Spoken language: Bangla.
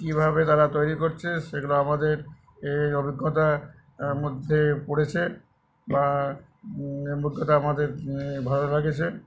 কীভাবে তারা তৈরি করছে সেগুলো আমাদের এই অভিজ্ঞতা মধ্যে পড়েছে বা এর মধ্যতা আমাদের ভালো লাগেছে